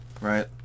Right